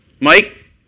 Mike